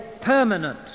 permanent